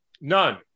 None